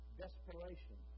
desperation